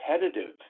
competitive